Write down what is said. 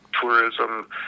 tourism